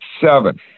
seven